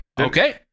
Okay